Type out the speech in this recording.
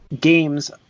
games